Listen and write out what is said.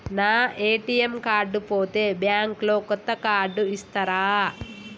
నా ATM card పోతే bank లో కొత్త కార్డు ఇస్తరా?